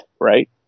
Right